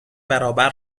برابر